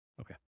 Okay